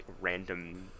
random